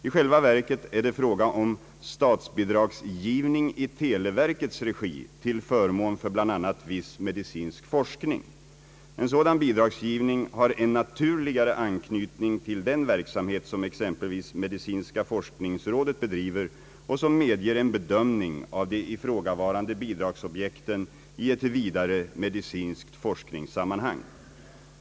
I själva verket är det fråga om statsbidragsgivning i televerkets regi till förmån för bl.a. viss medicinsk forskning. En sådan bidragsgivning har en naturligare anknytning till den verksamhet, som exempelvis medicinska forskningsrådet bedriver och som medger en bedömning av de ifrågavarande bidragsobjekten i ett vidare medicinskt forskningssammanhang.